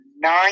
nine